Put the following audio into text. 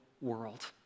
world